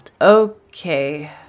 Okay